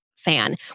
Fan